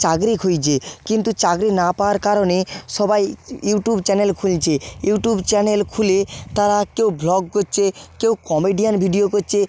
চাকরি খুঁজছে কিন্তু চাকরি না পাওয়ার কারণে সবাই ইউট্যুব চ্যানেল খুলছে ইউট্যুব চ্যানেল খুলে তারা কেও ভ্লগ করছে কেও কমেডিয়ান ভিডিও করছে